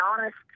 honest